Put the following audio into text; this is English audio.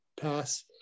pass